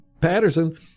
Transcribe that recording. Patterson